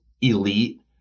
elite